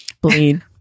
Bleed